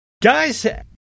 Guys